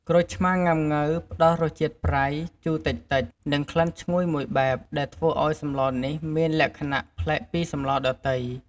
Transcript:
ក្រូចឆ្មាងុាំង៉ូវផ្ដល់រសជាតិប្រៃ ជូរតិចៗ និងក្លិនឈ្ងុយមួយបែប ដែលធ្វើឱ្យសម្លនេះមានលក្ខណៈប្លែកពីសម្លដទៃ។